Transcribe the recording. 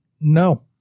No